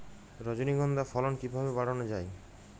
রজনীগন্ধা ফলন কিভাবে বাড়ানো যায়?